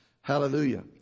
Hallelujah